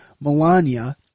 Melania